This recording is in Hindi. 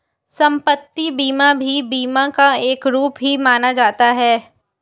सम्पत्ति बीमा भी बीमा का एक रूप ही माना जाता है